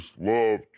love